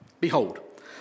behold